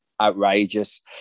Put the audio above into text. outrageous